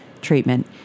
treatment